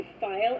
file